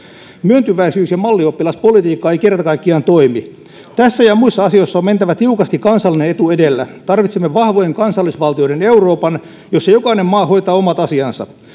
myöntyväisyys ja mallioppilaspolitiikka ei kerta kaikkiaan toimi tässä ja muissa asioissa on mentävä tiukasti kansallinen etu edellä tarvitsemme vahvojen kansallisvaltioiden euroopan jossa jokainen maa hoitaa omat asiansa